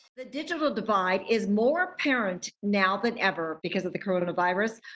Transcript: the digital divide is more apparent now than ever because of the coronavirus,